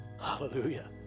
Hallelujah